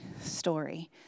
story